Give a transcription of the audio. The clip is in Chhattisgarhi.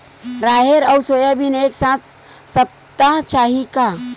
राहेर अउ सोयाबीन एक साथ सप्ता चाही का?